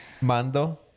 mando